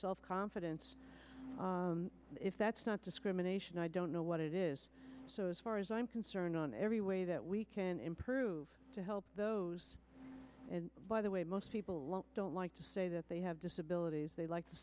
self confidence if that's not discrimination i don't know what it is far as i'm concerned on every way that we can improve to help those by the way most people don't like to say that they have disability they like to